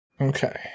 okay